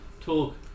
talk